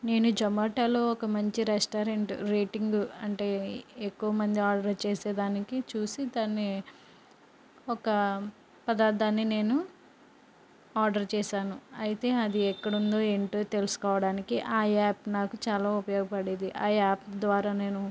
నేను జొమాటోలో ఒక మంచి రెస్టారెంట్ రేటింగ్ అంటే ఎక్కువ మంది ఆర్డర్ చేసే దానికి చూసి దాన్ని ఒక పదార్థాన్ని నేను ఆర్డర్ చేశాను అయితే అది ఎక్కడుందో ఏంటో తెలుసుకోవడానికి ఆ యాప్ నాకు చాలా ఉపయోగపడేది ఆ యాప్ ద్వారా నేను